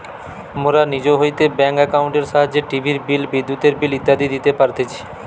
মোরা নিজ হইতে ব্যাঙ্ক একাউন্টের সাহায্যে টিভির বিল, বিদ্যুতের বিল ইত্যাদি দিতে পারতেছি